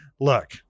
look